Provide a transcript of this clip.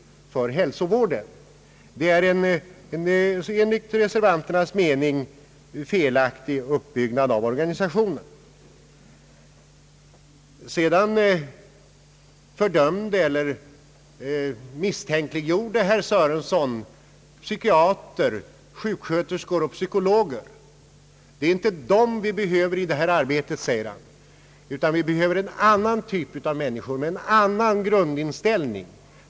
Det är enligt reservanternas mening felaktig uppbyggnad av organisationen. Herr Sörenson fördömde eller misstänkliggjorde psykiater, sjuksköterskor och psykologer och menade att det inte är dessa vi behöver i detta arbete utan en annan typ av människor med en annan grundinställning.